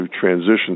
transition